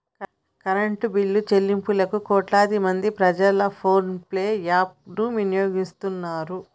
current బిల్లుల చెల్లింపులకు కోట్లాది మంది ప్రజలు ఫోన్ పే యాప్ ను వినియోగిస్తున్నరు